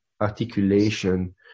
articulation